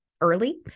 early